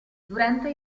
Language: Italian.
durante